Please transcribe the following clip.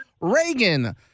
Reagan